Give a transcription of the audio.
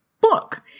book